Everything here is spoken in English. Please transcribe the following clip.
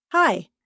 Hi